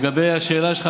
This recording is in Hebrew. כבוד השרים,